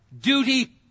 duty